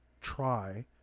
try